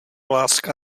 láska